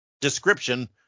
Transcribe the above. description